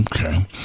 okay